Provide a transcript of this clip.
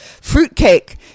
fruitcake